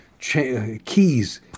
keys